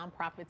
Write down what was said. nonprofits